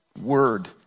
word